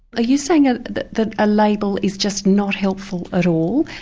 ah you saying ah that that a label is just not helpful at all?